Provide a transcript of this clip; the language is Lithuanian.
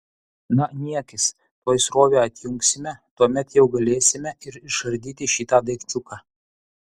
na niekis tuoj srovę atjungsime tuomet jau galėsime ir išardyti šitą daikčiuką